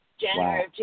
january